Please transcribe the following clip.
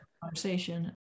Conversation